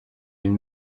une